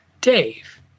Dave